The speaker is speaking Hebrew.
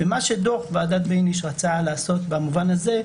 ומה שדוח ועדת בייניש רצה לעשות במובן הזה,